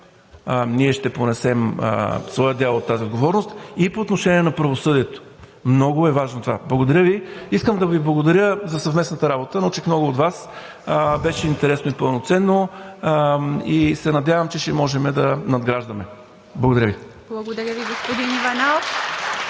ние ще понесем своя дял от тази отговорност и по отношение на правосъдието. Много е важно това. Благодаря Ви. Искам да Ви благодаря за съвместната работа. Научих много от Вас, беше интересно и пълноценно, и се надявам, че ще можем да надграждаме. Благодаря Ви. (Ръкопляскания от ДБ.)